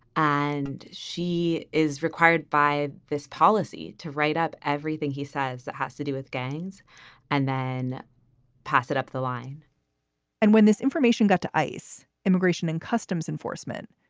and she is required by this policy to write up everything he says that has to do with gangs and then pass it up the line and when this information got to ice, immigration and customs enforcement,